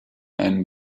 einen